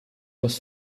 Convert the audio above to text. was